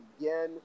again